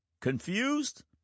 Confused